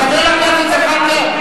חבר הכנסת זחאלקה,